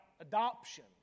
adoption